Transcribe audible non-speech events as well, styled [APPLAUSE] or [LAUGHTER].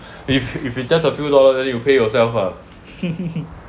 if if it's just a few dollar then you pay yourself ah [LAUGHS]